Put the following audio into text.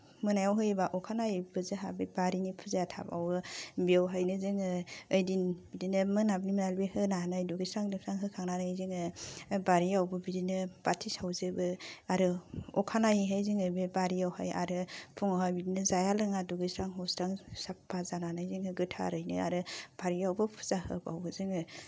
मोनायाव होयोबा अखानायैबो जोंहा बे बारिनि पुजाया थाबावो बेवहायनो जोङो ओइदिन बिदिनो मोना मोना बे होनानै दुगैस्रां लोबस्रां होखांनानै जोङो बारिआवबो बिदिनो बाथि सावजोबो आरो अखानायैहाय जोङो बे बारिआवहाय आरो फुङावहाय बिदिनो जाया लोङा बिदिनो दुगैस्रां हस्रां साफा जानानै जोङो गोथारैनो आरो बारिआवबो फुजा होबावो जोङो